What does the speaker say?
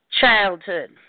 Childhood